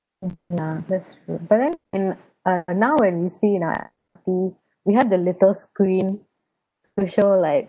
ya that's true but then in uh now when we see we have the little screen to show like